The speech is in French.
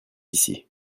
ici